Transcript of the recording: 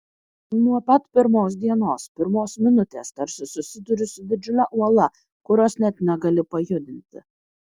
nuo pat pirmos dienos pirmos minutės tarsi susiduri su didžiule uola kurios net negali pajudinti